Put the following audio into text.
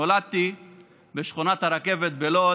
נולדתי בשכונת הרכבת בלוד,